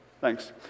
Thanks